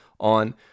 on